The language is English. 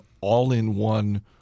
all-in-one